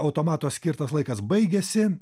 automato skirtas laikas baigiasi